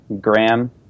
Graham